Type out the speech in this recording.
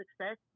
success